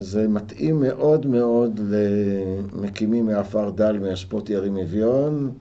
זה מתאים מאוד מאוד למקימים מאפרדל מהשפוט ירי מביון